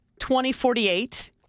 2048